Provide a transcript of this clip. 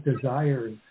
desires